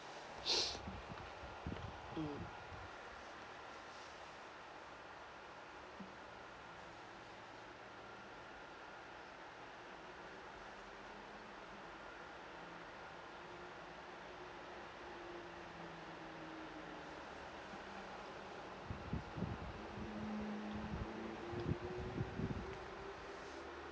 mm